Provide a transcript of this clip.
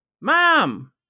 mom